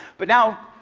but now,